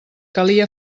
calia